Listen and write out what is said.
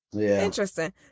Interesting